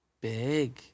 Big